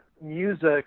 music